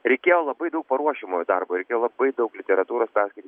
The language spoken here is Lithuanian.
reikėjo labai daug paruošiamojo darbo reikėjo labai daug literatūros perskaityt